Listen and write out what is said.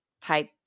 type